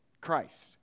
Christ